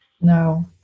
No